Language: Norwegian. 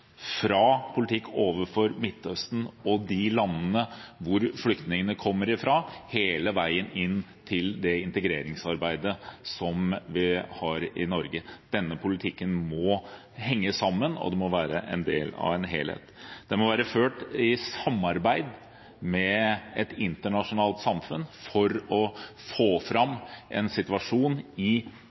fra, hele veien fram til det integreringsarbeidet som vi har i Norge. Denne politikken må henge sammen, og den må være en del av en helhet. Den må føres i samarbeid med et internasjonalt samfunn for å få fram en situasjon i